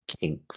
kink